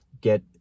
get